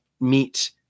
meet